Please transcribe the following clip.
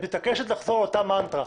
את מתעקשת לחזור על אותה מנטרה.